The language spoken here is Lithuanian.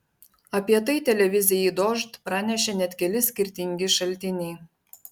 apie tai televizijai dožd pranešė net keli skirtingi šaltiniai